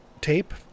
tape